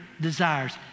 desires